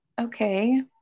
Okay